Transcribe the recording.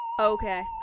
Okay